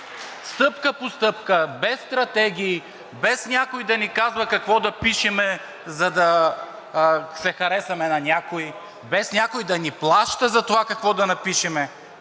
стъпка по стъпка, без стратегии, без някой да ни казва какво да пишем, за да се харесаме на някого, без някой да ни плаща за това какво да напишем,